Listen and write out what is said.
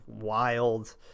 wild